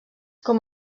com